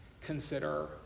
Consider